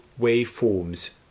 waveforms